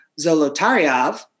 Zolotaryov